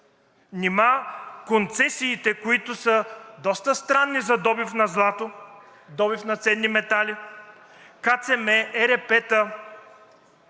Нима концесиите, които са доста странни – за добив на злато, добив на ценни метали, КЦМ, ЕРП-та,